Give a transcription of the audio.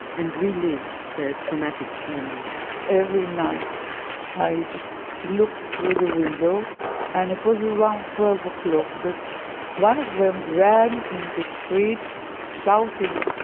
and relive their traumatic memories every night i just looked through the window and it was around twelve o'clock that one of them ran in the streets shouting,